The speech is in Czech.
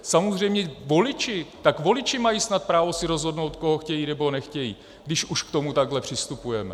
Samozřejmě voliči tak voliči mají snad právo si rozhodnout, koho chtějí, nebo nechtějí, když už k tomu takhle přistupujeme.